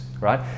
right